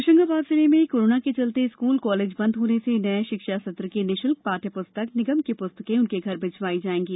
होशंगाबाद जिले में कोरोना के चलते स्कूल कॉलेज बन्द होने से नए शिक्षा सत्र की निःशुल्क पाठ्य पुस्तक निगम की पुस्तकें उनके घर पर भिजवाई जाएंगी